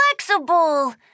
flexible